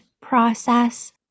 process